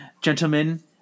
gentlemen